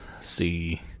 see